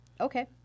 Okay